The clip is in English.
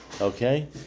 Okay